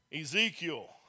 Ezekiel